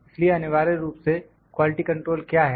इसलिए अनिवार्य रूप से क्वालिटी कंट्रोल क्या है